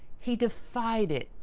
he defied it,